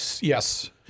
Yes